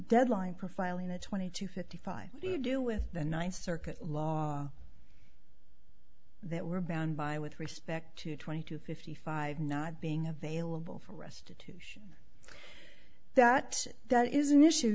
deadline for filing a twenty two fifty five what do you do with the ninth circuit law that we're bound by with respect to twenty to fifty five not being available for restitution that that is an issue